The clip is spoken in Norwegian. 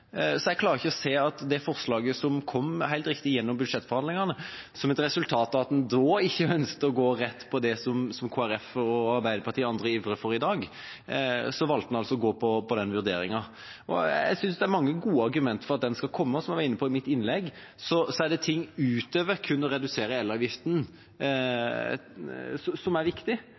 Så valgte en å gå for en vurdering. Jeg synes det er mange gode argument for at den skal komme, som jeg var inne på i mitt innlegg. Så er det ting utover kun å redusere elavgiften som er viktig.